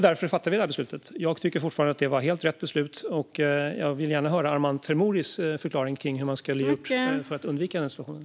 Därför fattade vi det här beslutet. Jag tycker fortfarande att det var helt rätt beslut, och jag vill gärna höra Arman Teimouris förklaring hur man skulle ha gjort för att undvika den situationen.